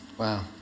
Wow